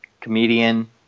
comedian